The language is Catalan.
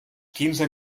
quinze